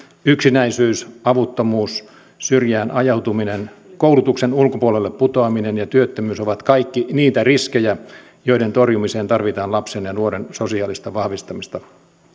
yksinäisyys avuttomuus syrjään ajautuminen koulutuksen ulkopuolelle putoaminen ja työttömyys ovat kaikki niitä riskejä joiden torjumiseen tarvitaan lapsen ja nuoren sosiaalista vahvistamista